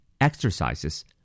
Exercises